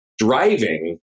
Driving